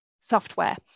software